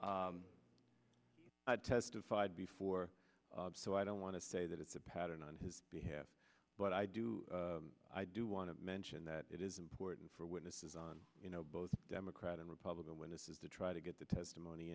e testified before so i don't want to say that it's a pattern on his behalf but i do i do want to mention that it is important for witnesses on you know both democrat and republican when this is to try to get the testimony